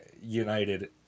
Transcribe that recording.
United